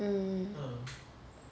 mm